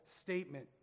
statement